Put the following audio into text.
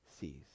sees